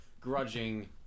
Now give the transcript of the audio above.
grudging